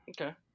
Okay